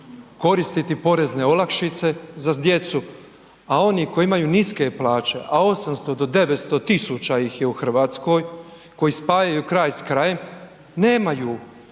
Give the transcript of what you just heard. koristiti porezne olakšice za djecu, a oni koji imaju niske plaće, a 800 do 900 000 ih je u RH koji spajaju kraj s krajem nemaju